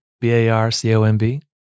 B-A-R-C-O-M-B